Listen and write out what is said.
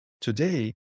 Today